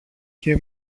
και